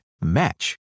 match